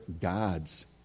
gods